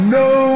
no